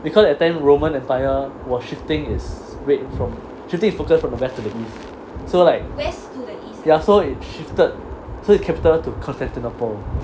because that time roman entire was shifting its weight from shifting its focus from the west to the east so like ya so it shifted so it's capital to constantinople